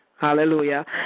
Hallelujah